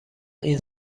این